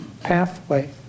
pathway